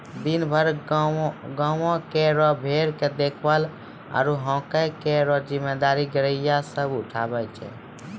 दिनभर गांवों केरो भेड़ के देखभाल आरु हांके केरो जिम्मेदारी गड़ेरिया सब उठावै छै